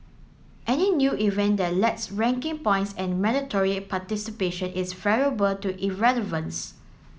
any new event that lacks ranking points and mandatory participation is valuable to irrelevance